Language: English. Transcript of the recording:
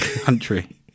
country